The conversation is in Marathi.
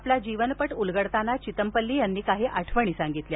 आपला जीवनपट उलगडताना चितमपल्ली यांनी काही आठवणी सांगितल्या